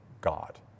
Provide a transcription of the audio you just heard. God